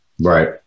Right